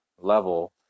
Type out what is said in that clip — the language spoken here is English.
level